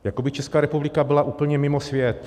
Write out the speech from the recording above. Jako by Česká republika byla úplně mimo svět.